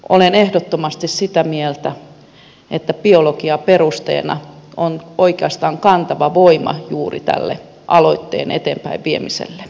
olen ehdottomasti sitä mieltä että biologia perusteena on oikeastaan kantava voima juuri tälle aloitteen eteenpäinviemiselle